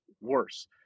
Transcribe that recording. Worse